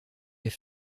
est